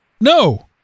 no